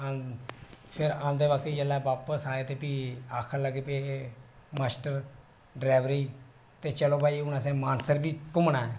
फिर आंदे बेल्ले फिर बापस आए ते फ्ही आखन लगे फ्ही मास्टर ड्राइबरी ते चलो भाई हून मानसर बी घूमना ऐ